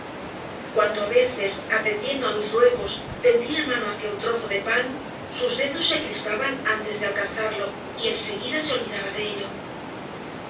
cuando a veces atendiendo a mis ruegos tendí la mano hacia un trozo de pan sus dedos se crispaban antes de alcanzarlo y enseguida se olvidaba de ello